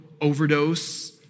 overdose